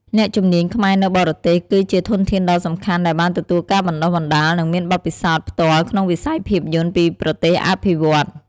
អ្នកជំនាញខ្មែរនៅបរទេស គឺជាធនធានដ៏សំខាន់ដែលបានទទួលការបណ្តុះបណ្តាល និងមានបទពិសោធន៍ផ្ទាល់ក្នុងវិស័យភាពយន្តពីប្រទេសអភិវឌ្ឍន៍។